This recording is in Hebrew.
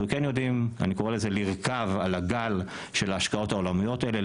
אנחנו כן יודעים לרכב על הגל של ההשקעות העולמיות האלה,